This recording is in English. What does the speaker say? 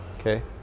Okay